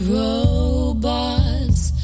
robots